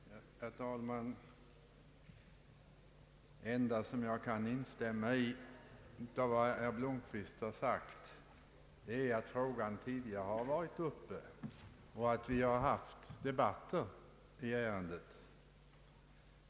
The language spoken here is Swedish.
Herr talman! Det enda som jag kan instämma i av vad herr Blomquist sagt är att frågan tidigare har varit uppe och att vi haft debatter i ärendet.